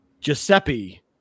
Giuseppe